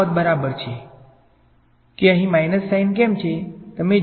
તો આ પદ બરાબર છે કે અહીં માઇનસ સાઇન કેમ છે